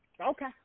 Okay